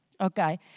Okay